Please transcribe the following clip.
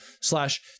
slash